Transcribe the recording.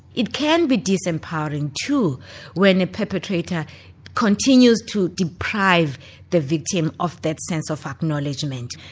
it can be disempowering too when a perpetrator continues to deprive the victim of that sense of acknowledgement,